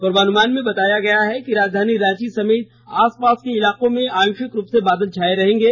पूर्वान्मान में बताया गया हैं कि राजधानी रांची समेत आसपास के इलाके में आंशिक रूप से बादल छाए रहेंगे